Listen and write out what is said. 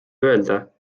öelda